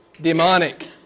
demonic